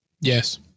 Yes